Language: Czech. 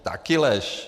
Taky lež!